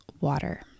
water